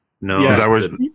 No